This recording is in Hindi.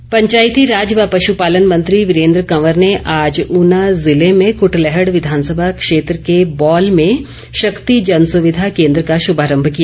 कंवर पंचायती राज व पश पालन मंत्री वीरेंद्र कंवर ने आज ऊना जिले में कटलैहड विघानसभा क्षेत्र के बौल में शक्ति जन सुविधा केंद्र का शुभारंभ किया